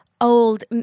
old